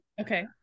Okay